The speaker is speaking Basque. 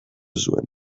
zuen